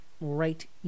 right